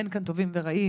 אין כאן טובים ורעים.